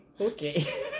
Okay